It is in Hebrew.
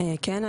כן.